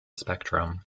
spectrum